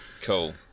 Cool